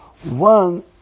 One